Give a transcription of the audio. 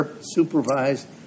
supervised